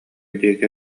диэки